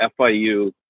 FIU